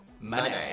money